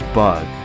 bug